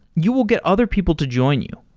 you will get other people to join you.